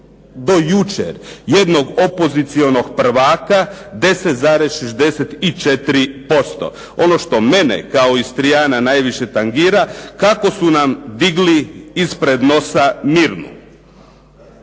do jučer jednog opozicionog prvaka 10,64%. Ono što mene kao Istrijana najviše tangira kako su nam digli ispod nosa Mirnu.